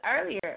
earlier